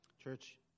Church